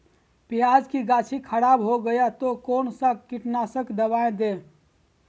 प्याज की गाछी खराब हो गया तो कौन सा कीटनाशक दवाएं दे?